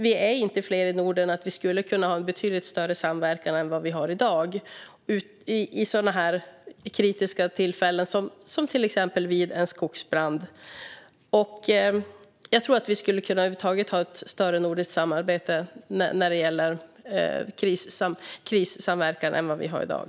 Vi är inte fler i Norden än att vi skulle kunna ha en betydligt större samverkan än vi har i dag vid sådana kritiska tillfällen som en skogsbrand. Jag tror att vi över huvud taget skulle kunna ha större nordiskt samarbete när det gäller krissamverkan än vi har i dag.